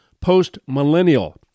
Post-millennial